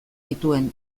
nituen